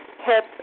hip